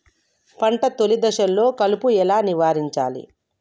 పంట తొలి దశలో కలుపు ఎలా నివారించాలి?